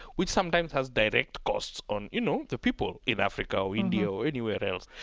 which sometimes has direct costs on you know the people in africa or india or anywhere else.